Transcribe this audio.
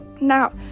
Now